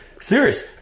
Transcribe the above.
serious